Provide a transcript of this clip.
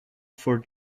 for